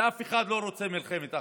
אף אחד לא רוצה מלחמת אחים.